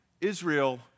Israel